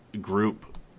group